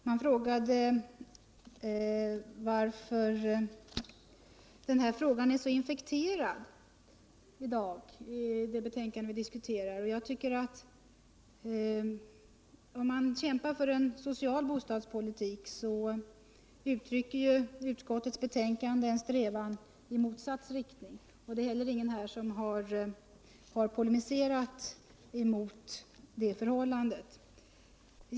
Herr talman! Man har undrat varför frågan i det betänkande vi diskuterar i dag är så infekterad. Om man kämpar för en social bostadspolitik, tycker jag att utskottets betänkande uttrycker en strävan i motsatt riktning. Det är heller ingen som här har polemiserat mot det förhållandet.